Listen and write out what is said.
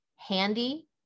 handy